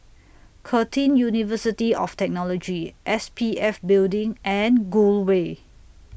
Curtin University of Technology S P F Building and Gul Way